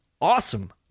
awesome